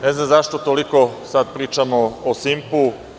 Ne znam zašto toliko sada pričamo o „Simpu“